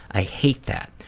i hate that.